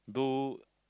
do